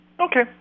Okay